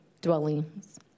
dwellings